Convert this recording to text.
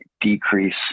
decrease